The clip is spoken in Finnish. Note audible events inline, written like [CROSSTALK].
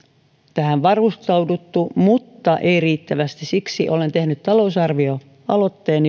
tähän varustauduttu mutta ei riittävästi siksi olen tehnyt talousarvioaloitteen [UNINTELLIGIBLE]